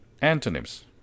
Antonyms